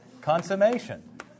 consummation